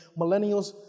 millennials